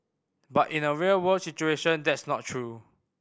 but in a real world situation that's not true